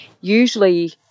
usually